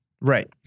Right